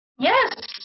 Yes